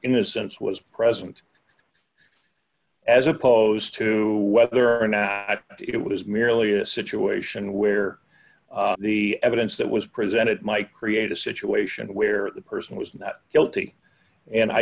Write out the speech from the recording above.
innocence was present as opposed to whether or not it was merely a situation where the evidence that was presented might create a situation where the person was not guilty and i